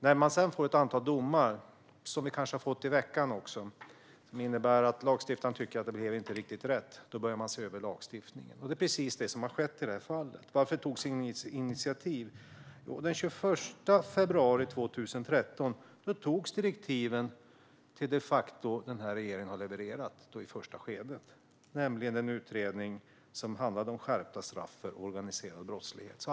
När man sedan har fått ett antal domar, som vi kanske har fått i veckan, som innebär att lagstiftaren tycker att det inte blev riktigt rätt, börjar man se över lagstiftningen. Det är precis det som har skett i det här fallet. Varför togs inget initiativ? Den 21 februari 2013 antogs direktiven till den utredning som regeringen de facto har levererat i första skedet. Det är den utredning som handlade om skärpta straff för organiserad brottslighet.